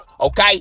okay